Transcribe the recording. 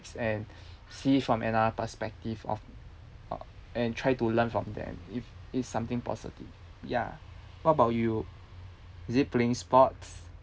and see from another perspective of uh and try to learn from them if it's something positive ya what about you is it playing sports